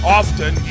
often